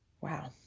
wow